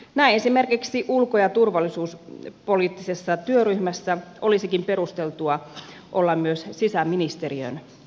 näin esimerkiksi ulko ja turvallisuuspoliittisessa työryhmässä olisikin perusteltua olla myös sisäministeriön edustus